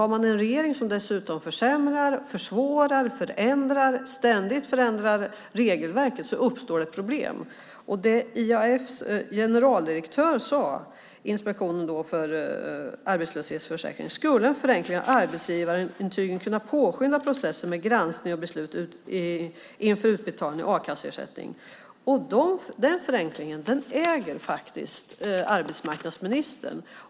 Har man en regering som dessutom försämrar, försvårar och ständigt förändrar regelverket uppstår problem. Generaldirektören för Inspektionen för arbetslöshetsförsäkringen sade att en förenkling av arbetsgivarintygen skulle kunna påskynda processen med granskning och beslut inför utbetalning av a-kasseersättning. Den förenklingen äger arbetsmarknadsministern.